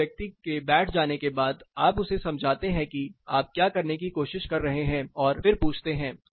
फिर उस व्यक्ति के बैठ जाने के बाद आप उसे समझाते हैं कि आप क्या करने की कोशिश कर रहे हैं और फिर पूछते हैं